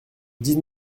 dix